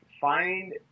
find